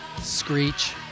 screech